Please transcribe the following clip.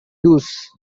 does